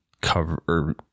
cover